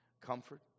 comfort